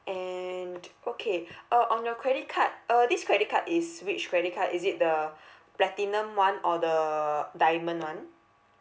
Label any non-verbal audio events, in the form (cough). and okay (breath) uh on your credit card uh this credit card is which credit card is it the (breath) platinum [one] or the diamond [one]